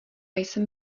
jsem